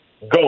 go